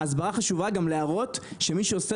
ההסברה חשובה גם להראות שמי שעושה